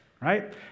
Right